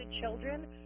children